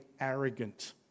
arrogant